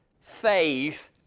faith